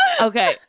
Okay